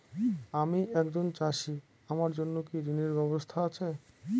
আমি একজন চাষী আমার জন্য কি ঋণের ব্যবস্থা আছে?